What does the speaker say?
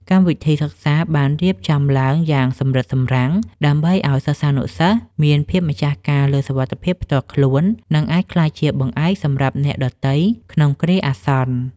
កម្មវិធីសិក្សាបានរៀបចំឡើងយ៉ាងសម្រិតសម្រាំង ដើម្បីឱ្យសិស្សានុសិស្សមានភាពម្ចាស់ការលើសុវត្ថិភាពផ្ទាល់ខ្លួន និងអាចក្លាយជាបង្អែកសម្រាប់អ្នកដទៃក្នុងគ្រាអាសន្ន។